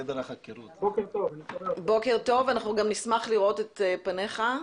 בוקר טוב, אנחנו גם נשמח לראות את פניך.